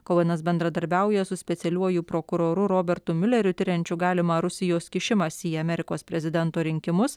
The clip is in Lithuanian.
kouenas bendradarbiauja su specialiuoju prokuroru robertu miuleriu tiriančiu galimą rusijos kišimąsi į amerikos prezidento rinkimus